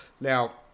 Now